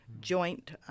joint